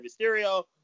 Mysterio